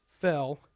fell